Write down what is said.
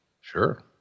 Sure